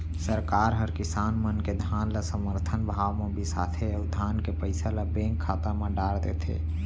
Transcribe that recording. सरकार हर किसान मन के धान ल समरथन भाव म बिसाथे अउ धान के पइसा ल बेंक खाता म डार देथे